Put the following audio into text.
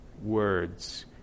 words